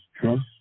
trust